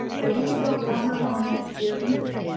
i really don't want her home next year either.